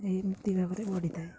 ଏମିତି ଭାବରେ ବଢ଼ିଥାଏ